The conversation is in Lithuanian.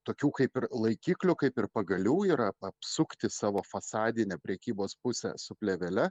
tokių kaip ir laikiklių kaip ir pagalių yra apsukti savo fasadinę prekybos pusę su plėvele